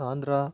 Andhra